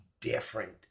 different